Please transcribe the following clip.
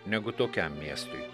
negu tokiam miestui